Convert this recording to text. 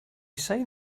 say